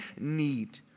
need